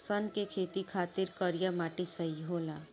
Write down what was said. सन के खेती खातिर करिया मिट्टी सही होला